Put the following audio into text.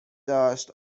داشت